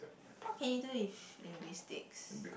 what can you do with linguistics